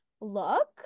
look